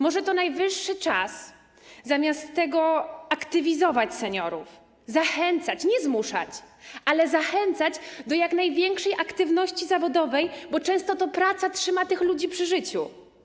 Może nastał najwyższy czas, aby zamiast tego aktywizować seniorów, zachęcać - nie zmuszać, ale zachęcać - do jak największej aktywności zawodowej, bo często to praca trzyma tych ludzi przy życiu.